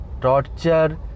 torture